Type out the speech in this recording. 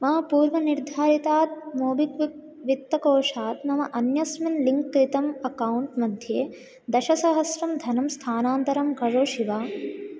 मम पूर्वनिर्धारितात् मोब्क्विक् वित्तकोषात् मम अन्यस्मिन् लिङ्क् कृतम् अक्कौण्ट् मध्ये दशसहस्रं धनं स्थानान्तरं करोषि वा